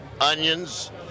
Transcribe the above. onions